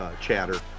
chatter